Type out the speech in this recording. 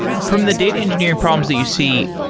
from the data engineering problems that you see,